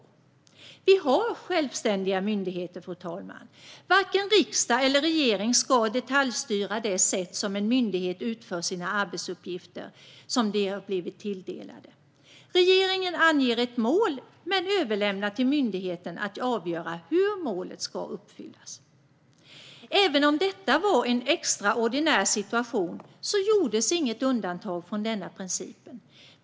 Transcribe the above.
Fru talman! Vi har självständiga myndigheter. Varken riksdag eller regering ska detaljstyra det sätt som en myndighet utför de arbetsuppgifter som den blivit tilldelad. Regeringen anger ett mål men överlämnar till myndigheten att avgöra hur målet ska uppfyllas. Även om detta var en extraordinär situation gjordes inte något undantag från denna princip.